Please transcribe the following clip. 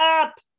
up